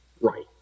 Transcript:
Right